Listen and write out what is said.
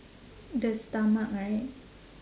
the stomach right